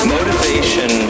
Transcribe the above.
Motivation